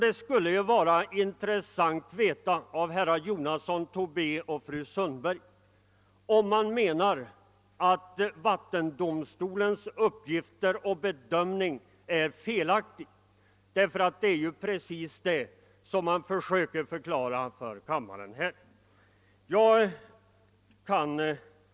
Det skulle vara intressant att av herrar Jonasson och Tobé samt fru Sundberg få veta om de menar att vattendomstolens uppgifter och bedömning är felaktiga. Det är precis detta de försöker förklara för kammaren här.